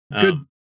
Good